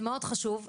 זה מאוד חשוב.